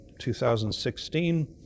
2016